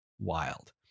wild